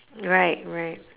right right